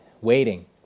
waiting